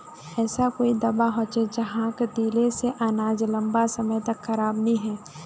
ऐसा कोई दाबा होचे जहाक दिले से अनाज लंबा समय तक खराब नी है?